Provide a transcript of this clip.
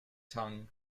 tongue